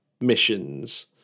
missions